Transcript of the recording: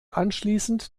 anschließend